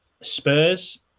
spurs